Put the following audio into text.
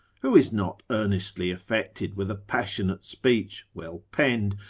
who is not earnestly affected with a passionate speech, well penned,